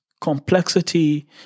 complexity